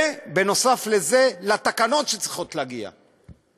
ונוסף על זה, לתקנות שצריכות להגיע.